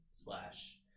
Slash